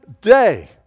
day